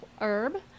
herb